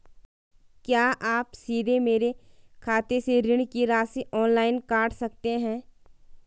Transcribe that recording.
क्या आप सीधे मेरे खाते से ऋण की राशि ऑनलाइन काट सकते हैं?